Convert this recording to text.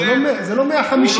זה לא 150,000,